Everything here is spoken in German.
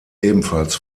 ebenfalls